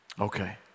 Okay